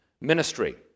ministry